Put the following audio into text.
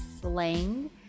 slang